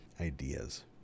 Ideas